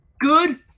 Good